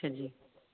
ਹਾਂਜੀ